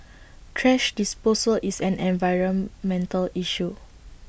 thrash disposal is an environmental issue